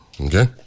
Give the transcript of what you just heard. okay